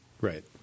Right